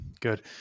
Good